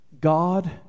God